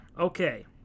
Okay